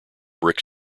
brick